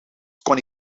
kon